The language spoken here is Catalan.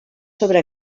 sobre